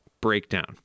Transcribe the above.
Breakdown